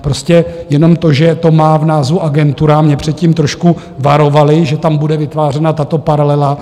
Prostě jenom to, že to má v názvu agentura mě před tím trošku varovali, že tam bude vytvářena tato paralela.